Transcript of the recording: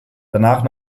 danach